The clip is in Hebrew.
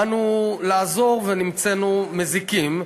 באנו לעזור ונמצאנו מזיקים,